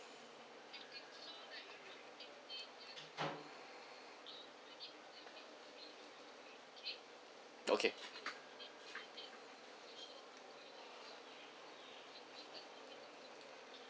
okay